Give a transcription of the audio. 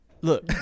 Look